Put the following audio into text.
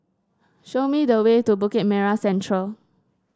show me the way to Bukit Merah Central